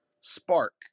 Spark